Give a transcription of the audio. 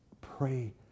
Pray